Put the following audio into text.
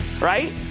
right